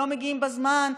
לא מגיעים בזמן,